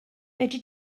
fedri